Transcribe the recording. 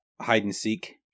hide-and-seek